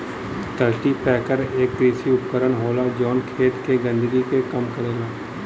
cultipacker एक कृषि उपकरण होला जौन खेत के गंदगी के कम करला